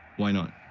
why not?